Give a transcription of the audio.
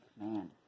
man